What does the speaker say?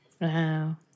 wow